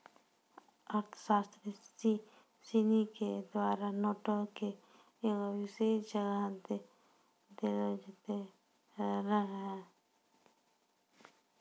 अर्थशास्त्री सिनी के द्वारा नोटो के एगो विशेष जगह देलो जैते रहलो छै